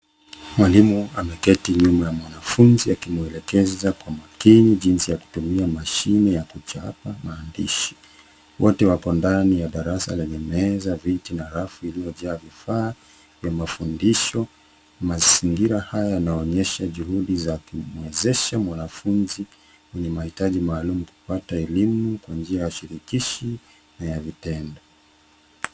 Mwalimu ameketi nyuma ya mwanafunzi akimwelekeza kwa makini jinsi ya kutumia mashine ya kuchapa maandishi. Wote wako ndani ya darasa lenye meza, viti na rafu iliyojaa vifaa vya mafundisho. Mazingira haya yanaonyesha juhudi za kumwezesha mwanafunzi mwenye mahitaji maalum kupata elimu kwa njia ya shirikishi na ya vitendo.